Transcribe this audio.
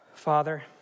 Father